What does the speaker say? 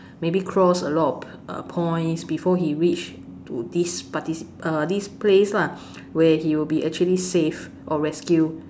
maybe cross a lot of uh points before he reach to this parti~ uh this place lah where he will be actually saved or rescued